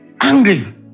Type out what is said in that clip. angry